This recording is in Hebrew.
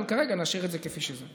אבל כרגע נשאיר את זה כפי שזה.